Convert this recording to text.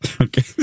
Okay